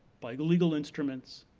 by legal instruments,